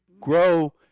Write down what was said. grow